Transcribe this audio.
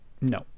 no